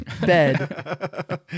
bed